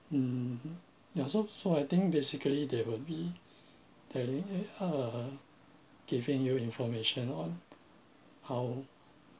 mm ya so so I think basically they would be telling eh uh giving you information on how